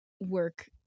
work